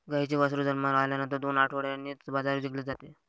गाईचे वासरू जन्माला आल्यानंतर दोन आठवड्यांनीच बाजारात विकले जाते